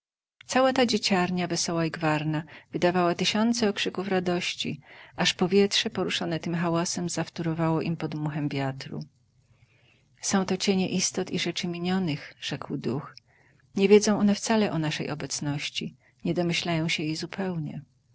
cała ta dzieciarnia wesoła i gwarna wydawała tysiące okrzyków radości aż powietrze poruszone tym hałasem zawtórowało im podmuchem wiatru są to cienie istot i rzeczy minionych rzekł duch nie wiedzą one wcale o naszej obecności nie domyślają się jej zupełnie